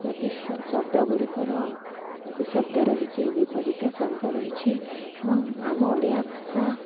ପ୍ରତି ଶ ଶବ୍ଦ ଗୁଡ଼ିକର ପ୍ରତିଶବ୍ଦ ରହିଛିି ବିପରୀତ ଶବ୍ଦ ରହିଛି ଏବଂ ଆମ ଓଡ଼ିଆ ଭାଷା